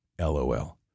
LOL